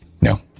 No